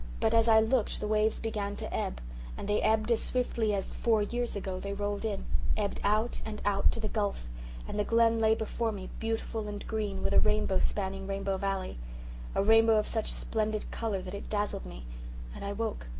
but as i looked the waves began to ebb and they ebbed as swiftly as, four years ago, they rolled in ebbed out and out, to the gulf and the glen lay before me, beautiful and green, with a rainbow spanning rainbow valley a rainbow of such splendid colour that it dazzled me and i woke.